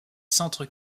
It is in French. centres